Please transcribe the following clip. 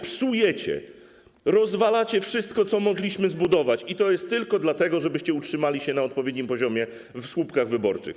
Psujecie, rozwalacie wszystko, co mogliśmy zbudować, i to tylko dlatego, żebyście utrzymali się na odpowiednim poziomie w słupkach wyborczych.